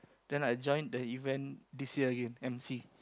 then I join the event this year again emcee